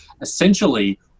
essentially